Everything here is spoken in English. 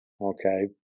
Okay